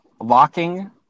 locking